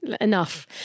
Enough